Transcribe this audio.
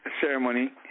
ceremony